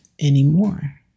anymore